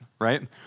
right